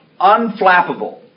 unflappable